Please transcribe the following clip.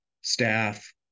staff